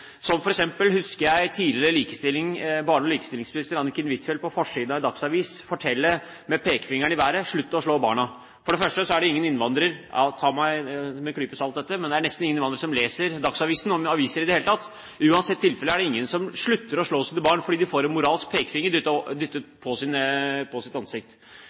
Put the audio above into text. husker f.eks. tidligere barne- og likestillingsminister Anniken Huitfeldt på forsiden av Dagsavisen uttale med pekefingeren i været: Slutt å slå barna! For det første er det ingen innvandrere – ta dette med en klype salt – eller nesten ingen innvandrere som leser Dagsavisen, om aviser i det hele tatt. Uansett tilfelle er det ingen som slutter å slå sine barn fordi de får en moralsk pekefinger